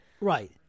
Right